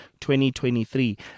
2023